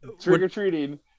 trick-or-treating